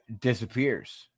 disappears